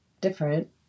different